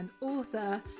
author